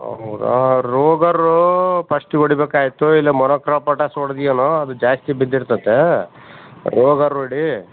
ಹೌದಾ ರೋಗರೂ ಫಸ್ಟ್ಗೆ ಹೊಡಿಬೇಕಾಯ್ತು ಇಲ್ಲ ಮೋನೋಕ್ರೋಪೊಟಾಸ್ ಹೊಡ್ದ್ಯೇನೊ ಅದು ಜಾಸ್ತಿ ಬಿದ್ದಿರ್ತತೆ ರೋಗರ್ ಹೊಡಿ